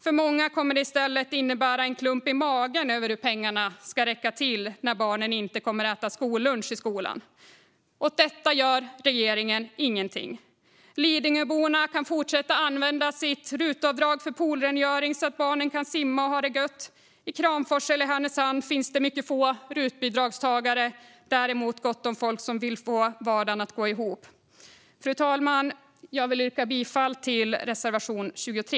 För många kommer det i stället att innebära en klump i magen över hur pengarna ska räcka till när barnen inte kommer att äta skollunch i skolan. Åt detta gör regeringen ingenting. Lidingöborna kan fortsätta använda sitt rutavdrag för poolrengöring så att barnen kan simma och ha det gött. I Kramfors eller Härnösand finns det mycket få rutbidragstagare, däremot gott om folk som vill få vardagen att gå ihop. Fru talman! Jag vill yrka bifall till reservation 23.